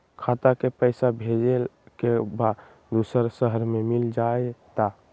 खाता के पईसा भेजेए के बा दुसर शहर में मिल जाए त?